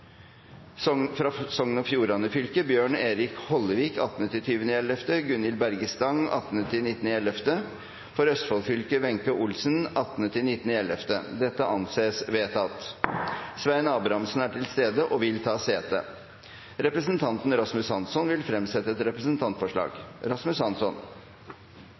Fjordane fylke: Bjørn Erik Hollevik 18.–20. november og Gunhild Berge Stang 18.–19. november For Østfold fylke: Wenche Olsen 18.–19. november Svein Abrahamsen er til stede og vil ta sete. Representanten Rasmus Hansson vil fremsette et representantforslag.